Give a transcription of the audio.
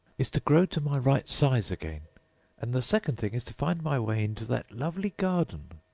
is to grow to my right size again and the second thing is to find my way into that lovely garden.